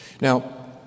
Now